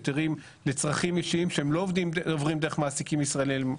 היתרים לצרכים אישיים שהם לא עוברים דרך מעסיקים ישראליים,